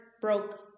broke